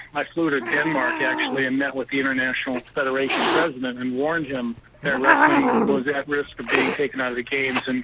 i flew to denmark actually and met with the international federation president and warned him that wrestling was at risk of being taken out of the games. and